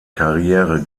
karriere